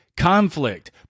Conflict